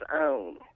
own